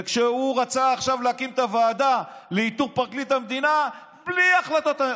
וכשהוא רצה עכשיו להקים את הוועדה לאיתור פרקליט המדינה בלי החלטה,